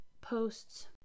posts